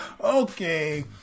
Okay